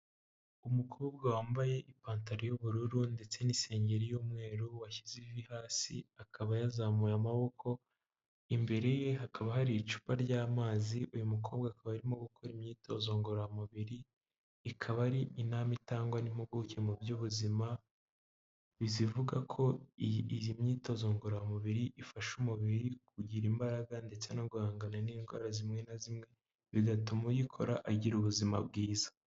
Umukobwa wambaye ipantaro y'ubururu ndetse n'isengeri y'umweru washyize ivi hasi akaba yazamuye amaboko imbere ye hakaba hari icupa ry'amazi uyu mukobwa akaba arimo gukora imyitozo ngororamubiri ikaba ari intama itangwa n'impuguke mu by'ubuzima bizivuga ko iyi myitozo ngororamubiri ifasha umubiri kugira imbaraga ndetse no guhangana n'indwara zimwe na zimwe bigatuma uyikora agira ubuzima bwiza.